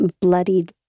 bloodied